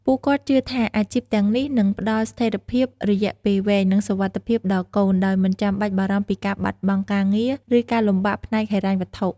ពួកគាត់ជឿថា អាជីពទាំងនេះនឹងផ្ដល់ស្ថិរភាពរយៈពេលវែង និងសុវត្ថិភាពដល់កូន ដោយមិនចាំបាច់បារម្ភពីការបាត់បង់ការងារ ឬការលំបាកផ្នែកហិរញ្ញវត្ថុ។